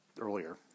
earlier